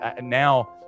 now